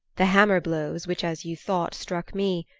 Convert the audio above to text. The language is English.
the hammer blows, which as you thought struck me,